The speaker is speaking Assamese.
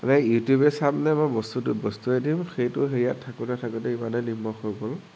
মানে ইউটিউবে চামনে মই বস্তুটোত বস্তুৱে দিম সেইটো হেৰিয়াত থাকোতে থাকোতে ইমানে নিমখ হৈ গ'ল